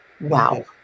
Wow